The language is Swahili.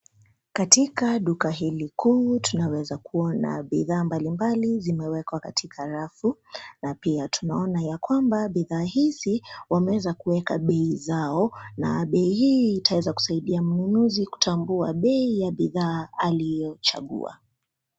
Katika duka hili kuu tunaweza kuona bidhaa mbalimbali zimewekwa katika rafu. Na pia tunaona ya kwamba, bidhaa hizi wameweza kuweka bei zao na bei hii itaweza kusaidia mnunuzi kutambua bei ya bidhaa aliyochagua.